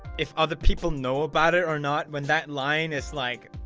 if other people know about it or not when that line, it's like,